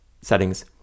Settings